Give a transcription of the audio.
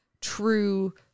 true